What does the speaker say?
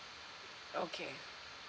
okay